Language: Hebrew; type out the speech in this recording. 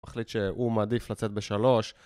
החליט שהוא מעדיף לצאת בשלוש.